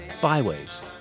Byways